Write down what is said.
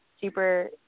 super